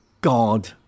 God